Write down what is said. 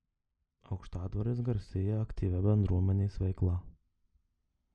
aukštadvaris garsėja aktyvia bendruomenės veikla